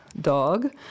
dog